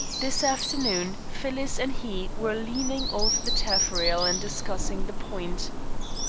this afternoon phyllis and he were leaning over the taffrail and discussing the point.